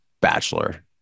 bachelor